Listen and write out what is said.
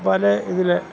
പല ഇതിൽ